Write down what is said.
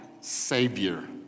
Savior